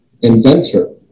inventor